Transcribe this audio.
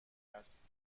است